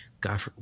God